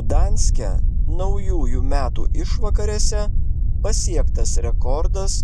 gdanske naujųjų metų išvakarėse pasiektas rekordas